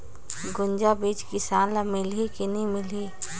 गुनजा बिजा किसान ल मिलही की नी मिलही?